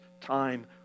time